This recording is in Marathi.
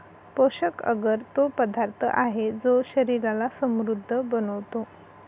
पोषक अगर तो पदार्थ आहे, जो शरीराला समृद्ध बनवतो